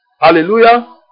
Hallelujah